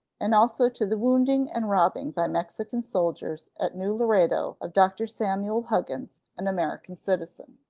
and also to the wounding and robbing by mexican soldiers at new laredo of dr. samuel huggins, an american citizen.